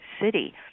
city